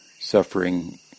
suffering